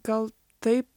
gal taip